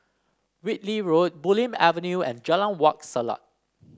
Whitley Road Bulim Avenue and Jalan Wak Selat